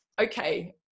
Okay